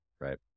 right